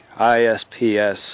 ISPS